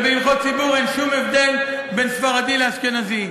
ובהלכות ציבור אין שום הבדל בין ספרדי לאשכנזי.